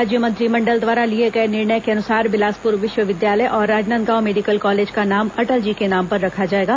राज्य मंत्रिमंडल द्वारा लिए गए निर्णय के अनुसार बिलासपुर विश्वविद्यालय और राजनादगांव मेडिकल कॉलेज का नाम अटल जी के नाम पर रखा जाएगा